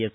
S